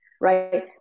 Right